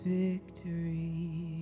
victory